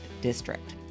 District